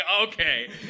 okay